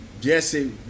Jesse